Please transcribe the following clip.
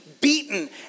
beaten